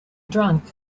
drunk